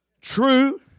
true